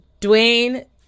Dwayne